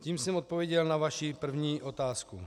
Tím jsem odpověděl na vaši první otázku.